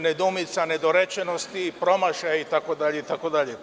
nedoumica, nedorečenosti, promašaja itd.